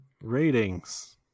Ratings